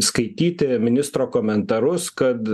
skaityti ministro komentarus kad